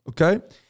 Okay